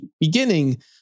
beginning